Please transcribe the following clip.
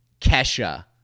Kesha